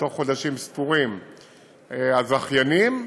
בתוך חודשים ספורים, הזכיינים,